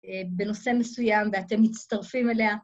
‫בנושא מסוים, ואתם מצטרפים אליה.